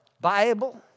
Bible